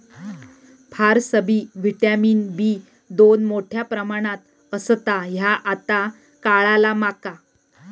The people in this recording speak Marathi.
फारसबी व्हिटॅमिन बी दोन मोठ्या प्रमाणात असता ह्या आता काळाला माका